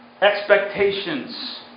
expectations